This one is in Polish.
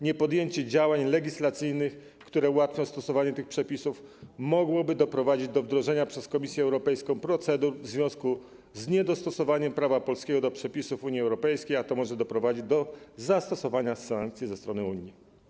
Niepodjęcie działań legislacyjnych, które ułatwią stosowanie tych przepisów, mogłoby doprowadzić do wdrożenia przez Komisję Europejską procedur w związku z niedostosowaniem prawa polskiego do przepisów Unii Europejskiej, a to może doprowadzić do zastosowania sankcji ze strony Unii.